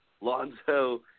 Lonzo